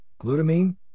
glutamine